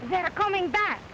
they're coming back